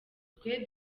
twe